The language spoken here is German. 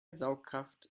saugkraft